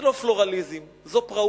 זה לא פלורליזם, זו פראות,